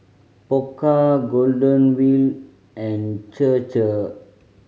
Pokka Golden Wheel and Chir Chir